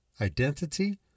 identity